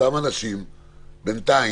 שאותם אנשים בינתיים,